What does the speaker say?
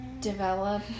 develop